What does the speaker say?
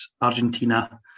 Argentina